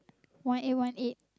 one eight one eight